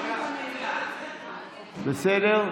בסדר?